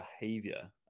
behavior